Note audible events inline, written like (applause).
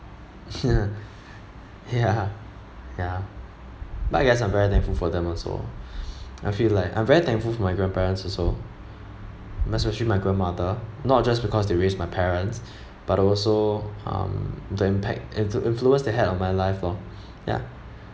(laughs) ya ya but I guess I'm very thankful for them also (breath) I feel like I'm very thankful for my grandparents also especially my grandmother not just because they raised my parents (breath) but also um the impact in~ influence they had in my life lor (breath) ya